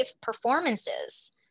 performances